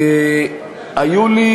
היו לי